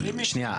שנייה,